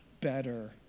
better